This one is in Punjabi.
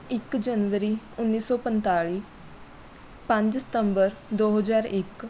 ਇੱਕ ਜਨਵਰੀ ਉੱਨੀ ਸੌ ਪੰਤਾਲ਼ੀ ਪੰਜ ਸਤੰਬਰ ਦੋ ਹਜ਼ਾਰ ਇੱਕ